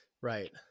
right